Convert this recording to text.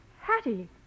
hattie